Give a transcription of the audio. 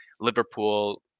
Liverpool